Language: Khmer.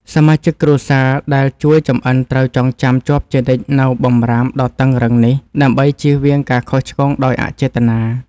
សមាជិកគ្រួសារដែលជួយចម្អិនត្រូវចងចាំជាប់ជានិច្ចនូវបម្រាមដ៏តឹងរ៉ឹងនេះ ដើម្បីជៀសវាងការខុសឆ្គងដោយអចេតនា។